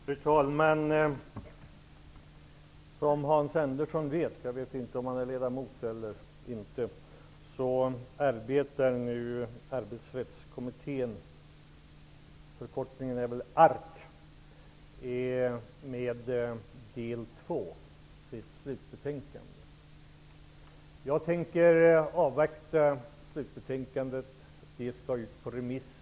Fru talman! Som Hans Andersson vet arbetar nu ARK -- med del två -- sitt slutbetänkande. Jag vet inte om Hans Andersson är ledamot där eller inte. Jag tänker avvakta slutbetänkandet. Det skall ut på remiss.